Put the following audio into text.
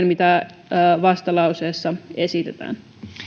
mitä vastalauseessa esitetään